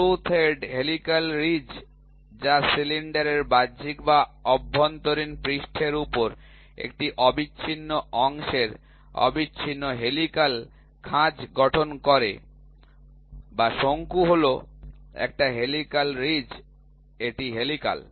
screw thread helical ridge যা সিলিন্ডারের বাহ্যিক বা অভ্যন্তরীণ পৃষ্ঠের উপর একটি অবিচ্ছিন্ন অংশের অবিচ্ছিন্ন হেলিকাল খাঁজ গঠন করে বা শঙ্কু হল একটা হেলিকাল রিজ এটি হেলিকাল